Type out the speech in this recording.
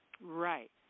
Right